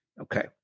Okay